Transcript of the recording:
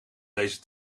deze